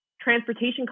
transportation